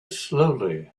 slowly